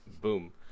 Boom